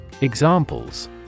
Examples